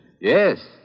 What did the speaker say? Yes